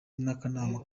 n’akanama